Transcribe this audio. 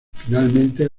finalmente